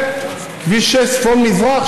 כביש 6 צפון מזרח,